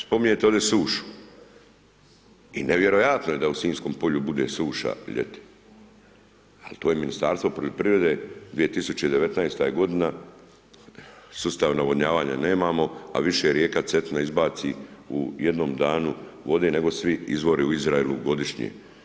Spominjete ovdje sušu i nevjerojatno je da u Sinjskom polju bude suša ljeti, al to je Ministarstvo poljoprivrede, 2019.-ta je godina, sustav navodnjavanja nemamo, a više rijeka Cetina izbaci u jednom danu vode, nego svi izvori u Izraelu godišnje.